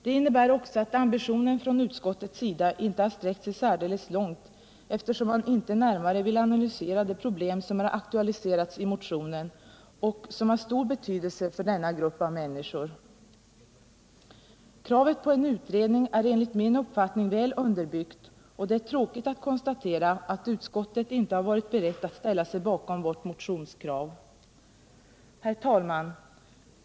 Det innebär också att ambitionen från utskottets sida inte har sträckt sig särdeles långt; man vill inte närmare analysera de problem som har aktualiserats i motionen och somm har stor betydelse för denna grupp av människor. Kravet på en utredning är enligt m:n uppfattning väl underbyggt, och det är tråkigt att konstatera att utskottet inte har varit berett att ställa sig bakom vårt motionskrav. Herr talman!